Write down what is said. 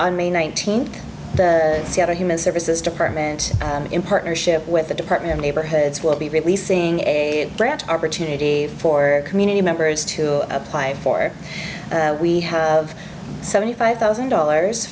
on may nineteenth the other human services department in partnership with the department of neighborhoods will be releasing a branch opportunity for community members to apply for we have seventy five thousand dollars